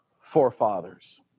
forefathers